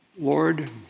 Lord